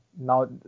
now